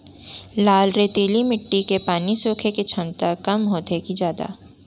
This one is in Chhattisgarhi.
लाल रेतीली माटी के पानी सोखे के क्षमता कम होथे की जादा?